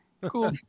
cool